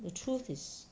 the truth is